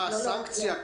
מה הסנקציה?